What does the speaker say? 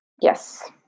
Yes